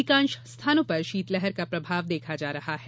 अधिकांश स्थानों पर शीतलहर का प्रभाव देखा जा रहा है